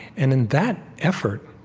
and in that effort,